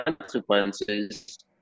consequences